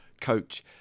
coach